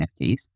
NFTs